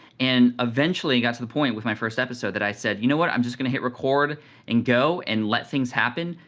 and eventually got to the point with my first episode that i said you know what, i'm just gonna hit record and go and let things happen.